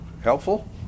helpful